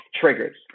triggers